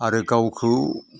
आरो गावखौ